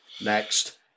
next